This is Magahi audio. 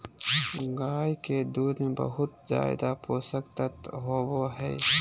गाय के दूध में बहुत ज़्यादे पोषक तत्व होबई हई